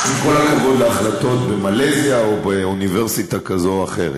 עם כל הכבוד להחלטות במלזיה או באוניברסיטה כזו או אחרת.